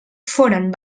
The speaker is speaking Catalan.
foren